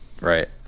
Right